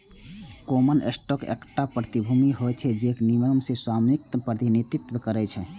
common stock एकटा प्रतिभूति होइ छै, जे निगम मे स्वामित्वक प्रतिनिधित्व करै छै